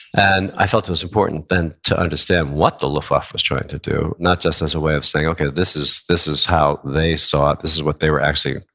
and i felt it was important then to understand what the luftwaffe was trying to do, not just as a way of saying, okay, this is this is how they saw it, this is what they were actually,